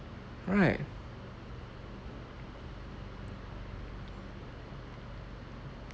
right